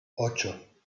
ocho